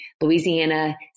Louisiana